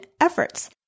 efforts